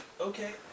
Okay